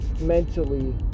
mentally